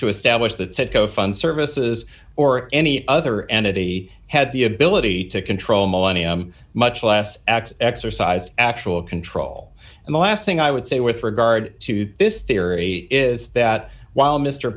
to establish that said go fund services or any other entity had the ability to control millennium much last act exercised actual control and the last thing i would say with regard to this theory is that while mr